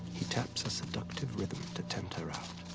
he taps a seductive rhythm to tempt her out.